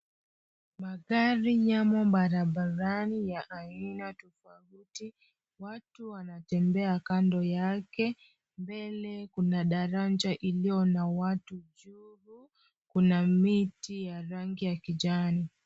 Magari yamo barabarani ya aina tofauti. Watu wanatembea kando yake. Mbele kuna daraja iliyo na watu. Juu kuna miti ya rangi ya kijani.